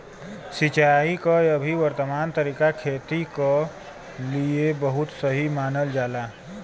सिंचाई क अभी वर्तमान तरीका खेती क लिए बहुत सही मानल जाला